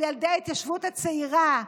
על ילדי ההתיישבות הצעירה,